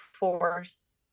Force